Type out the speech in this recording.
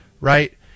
Right